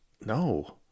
No